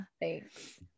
thanks